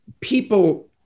people